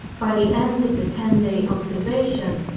by the end of the ten-day observation,